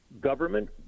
government